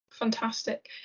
Fantastic